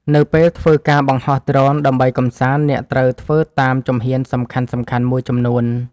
នៅពេលធ្វើការបង្ហោះដ្រូនដើម្បីកម្សាន្ត អ្នកត្រូវធ្វើតាមជំហានសំខាន់ៗមួយចំនួន។